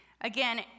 again